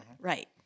right